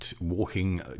walking